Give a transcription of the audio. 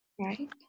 right